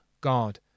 God